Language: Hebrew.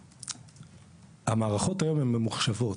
המערכות היום הן ממוחשבות.